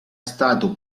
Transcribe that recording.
stato